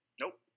Nope